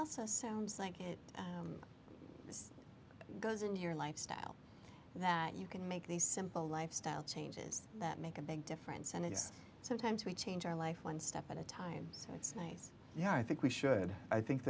also sounds like it because in your lifestyle that you can make these simple lifestyle changes that make a big difference and it is sometimes we change our life one step at a time so it's nice yeah i think we should i think